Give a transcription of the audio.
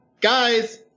guys